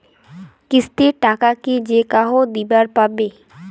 কিস্তির টাকা কি যেকাহো দিবার পাবে?